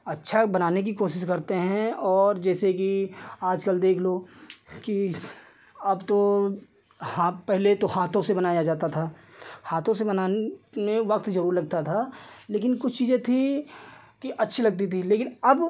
अच्छा बनाने की कोशिश करते हैं और जैसे कि आजकल देख लो कि अब तो हा पहले तो हाथों से बनाया जाता था हाथों से बनाने में वक़्त ज़रूर लगता था लेकिन कुछ चीज़ें थीं कि अच्छी लगती थीं लेकिन अब